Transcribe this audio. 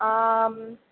ஆம்